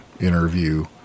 interview